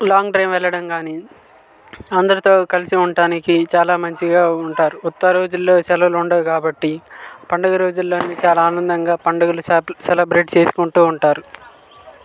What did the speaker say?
long drive వెళ్ళడం కాని అందరితో కలిసి ఉంటానికి చాలా మంచిగా ఉంటారు ఉత్త రోజుల్లో సెలవులు ఉండవు కాబట్టి పండుగ రోజుల్లోని చాలా ఆనందంగా పండుగలు సె సెలెబ్రేట్ చేసుకుంటూ ఉంటారు